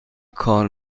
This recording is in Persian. کار